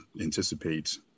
anticipate